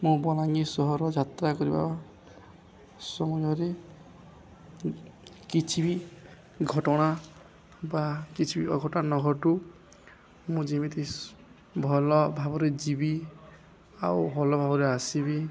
ମୁଁ ବଲାଙ୍ଗୀର ସହର ଯାତ୍ରା କରିବା ସମୟରେ କିଛି ବି ଘଟଣା ବା କିଛି ବି ଅଘଟଣା ନଘଟୁ ମୁଁ ଯେମିତି ଶ୍ ଭଲ ଭାବରେ ଯିବି ଆଉ ଭଲ ଭାବରେ ଆସିବି